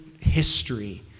history